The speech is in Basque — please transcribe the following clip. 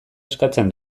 eskatzen